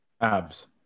Abs